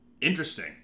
Interesting